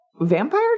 vampire